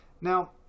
Now